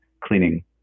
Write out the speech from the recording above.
cleaning